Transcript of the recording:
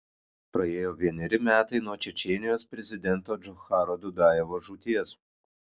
praėjo vieneri metai nuo čečėnijos prezidento džocharo dudajevo žūties